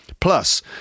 Plus